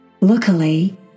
Luckily